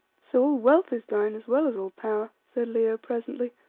so all wealth is thine, as well as all power, said leo, presently,